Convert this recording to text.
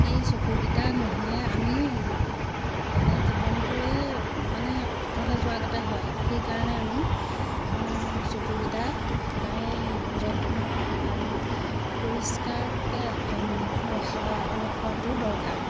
এই চকুকেইটা নহ'লে আমি মানে জীৱনটোৱেই মানে অথলে যোৱাৰ গতে হয় সেইকাৰণে আমি চকুকেইটা সদায় যত্ন আৰু পৰিষ্কাৰকৈ ৰখা ৰখোৱাটো দৰকাৰ